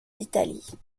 d’italie